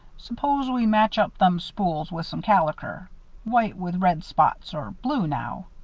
suppose we match up them spools with some caliker white with red spots, or blue, now.